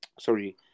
sorry